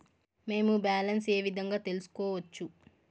మేము బ్యాలెన్స్ ఏ విధంగా తెలుసుకోవచ్చు?